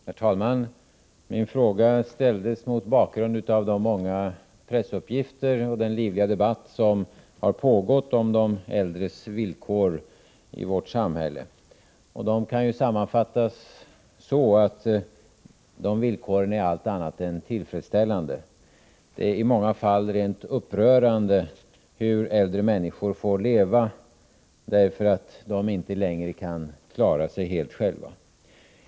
Herr talman! Min fråga ställdes mot bakgrund av de många pressuppgifter och den livliga debatt som har pågått om de äldres villkor i vårt samhälle. Man kan ju sammanfatta detta så att de villkoren är allt annat än tillfredsställande. Det är i många fall rent upprörande hur äldre människor får leva, därför att de inte längre kan klara sig helt själva.